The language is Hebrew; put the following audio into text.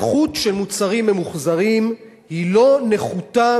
האיכות של מוצרים ממוחזרים לא נחותה